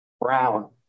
brown